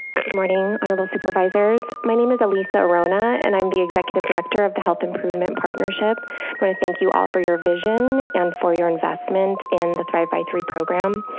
morning honorable supervisors. my name is elisa rona and i'm the executive director of the health improvement partnership. want to thank you all for your vision and for your investment in the thrive by three program.